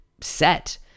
set